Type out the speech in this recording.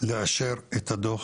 לאשר את הדוח